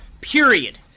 Period